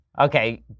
Okay